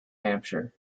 hampshire